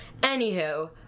Anywho